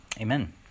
amen